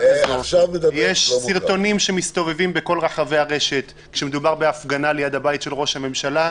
לא, אבל יש תחושות לא טובות של אנשים.